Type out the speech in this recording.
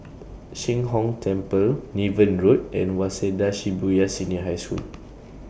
Sheng Hong Temple Niven Road and Waseda Shibuya Senior High School